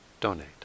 donate